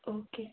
okay